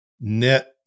net